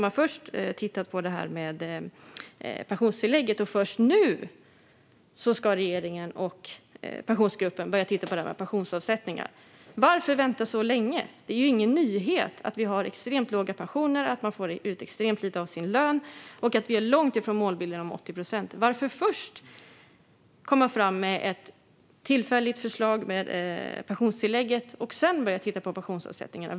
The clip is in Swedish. Man har tittat på pensionstillägget, och först nu ska regeringen och Pensionsgruppen börja titta på pensionsavsättningarna. Varför vänta så länge? Det är ju ingen nyhet att vi har extremt låga pensioner, att man får ut extremt lite av sin lön och att vi är långt från målbilden 80 procent. Varför först gå fram med ett tillfälligt förslag med pensionstillägget och sedan börja titta på pensionsavsättningarna?